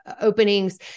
openings